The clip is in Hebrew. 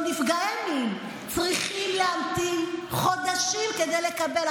נפגעי מין צריכים להמתין חודשים כדי לקבל.